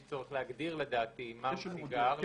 יש צורך להגדיר לדעתי מה הוא סיגר.